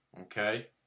Okay